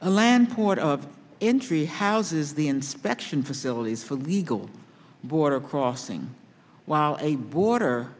a land port of entry houses the inspection facilities for legal border crossing while a border